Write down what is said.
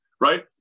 right